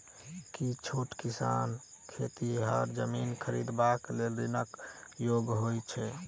की छोट किसान खेतिहर जमीन खरिदबाक लेल ऋणक योग्य होइ छै?